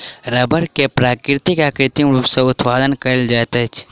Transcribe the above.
रबड़ के प्राकृतिक आ कृत्रिम रूप सॅ उत्पादन कयल जाइत अछि